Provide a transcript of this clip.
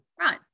Right